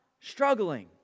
struggling